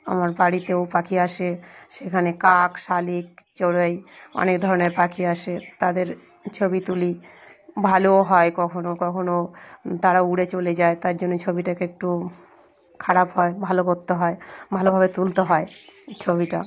আমার বাড়িতেও পাখি আসে সেখানে কাক শালিক চড়াই অনেক ধরনের পাখি আসে তাদের ছবি তুলি ভালোও হয় কখনও কখনও তারা উড়ে চলে যায় তার জন্য ছবিটাকে একটু খারাপ হয় ভালো করতে হয় ভালোভাবে তুলতে হয় ছবিটা